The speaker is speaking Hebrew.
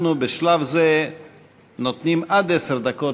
משק המדינה,